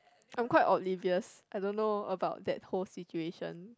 I'm quite oblivious I don't know about that whole situation